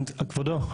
כבודו,